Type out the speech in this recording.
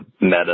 meta